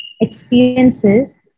experiences